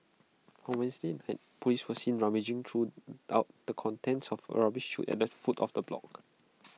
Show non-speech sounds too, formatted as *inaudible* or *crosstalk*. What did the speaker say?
on Wednesday night Police were seen rummaging through *unintelligible* the contents of A rubbish chute at the foot of the block